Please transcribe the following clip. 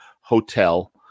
hotel